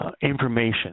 information